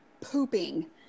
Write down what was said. pooping